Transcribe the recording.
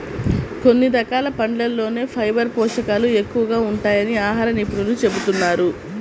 కొన్ని రకాల పండ్లల్లోనే ఫైబర్ పోషకాలు ఎక్కువగా ఉంటాయని ఆహార నిపుణులు చెబుతున్నారు